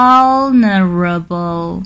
Vulnerable